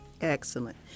excellent